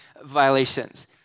violations